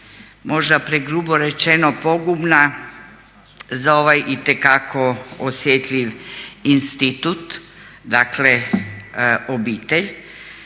možda pregrubo rečeno pogubna za ovaj itekako osjetljiv institut dakle, obitelj